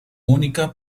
única